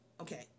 Okay